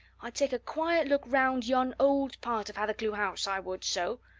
i'd take a quiet look round yon old part of hathercleugh house i would so!